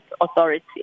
Authority